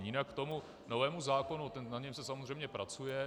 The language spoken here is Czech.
Jinak k tomu novému zákonu, na něm se samozřejmě pracuje.